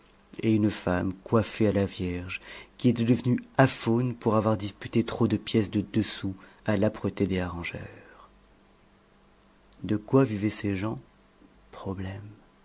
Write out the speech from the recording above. et une femme coiffée à la vierge qui était devenue aphone pour avoir disputé trop de pièces de deux sous à l'âpreté des harengères de quoi vivaient ces gens problème